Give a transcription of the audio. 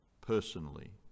personally